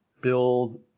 build